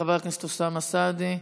חבר הכנסת אוסאמה סעדי,